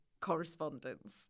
correspondence